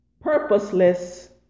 purposeless